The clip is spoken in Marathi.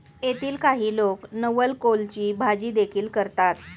येथील काही लोक नवलकोलची भाजीदेखील करतात